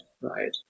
right